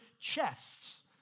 chests